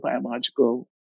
biological